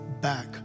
back